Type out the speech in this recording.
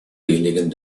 wenigen